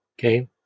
Okay